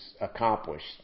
accomplished